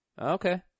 Okay